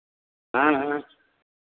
हाँ हाँ